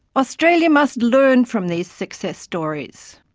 australia must learn from these success stories.